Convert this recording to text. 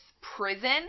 prison